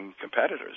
competitors